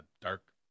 dark